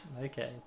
okay